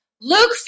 Luke